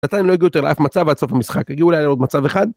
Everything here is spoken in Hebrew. נתניה הם לא הגיעו יותר לאף מצב ‫עד סוף המשחק, ‫הגיעו אולי לעוד מצב אחד.